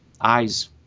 eyes